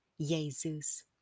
Jesus